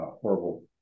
horrible